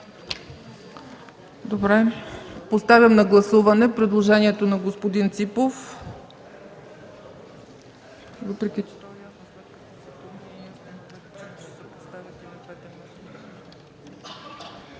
Добре. Поставям на гласуване предложението на господин Ципов.